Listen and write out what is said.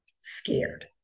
scared